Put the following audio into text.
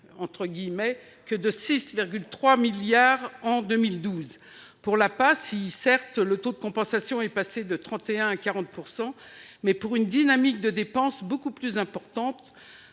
que » de 6,3 milliards en 2012. Pour l’APA, le taux de compensation est passé de 31 % à 40 %, mais la dynamique des dépenses est beaucoup plus importante,